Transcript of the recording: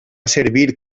servir